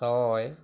ছয়